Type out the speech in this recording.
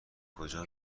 کجا